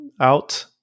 out